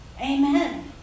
Amen